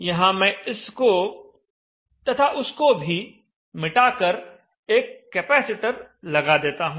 यहां मैं इसको तथा उसको भी मिटाकर एक कैपेसिटर लगा देता हूं